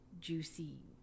juicy